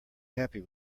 happy